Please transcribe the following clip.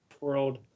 world